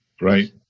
Right